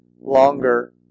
longer